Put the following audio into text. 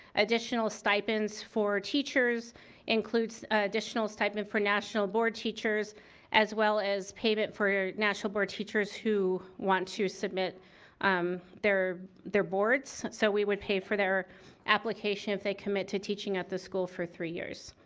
additional stipends for teachers includes additional stipend for national board teachers as well as payment for national board teachers who want to submit um their their boards. so we would pay for the application if they commit to teaching at the school for three years.